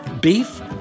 beef